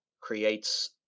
creates